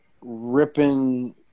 ripping